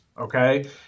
Okay